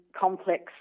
complex